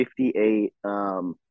58